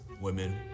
women